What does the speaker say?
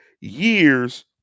years